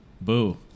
Boo